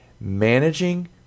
managing